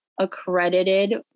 accredited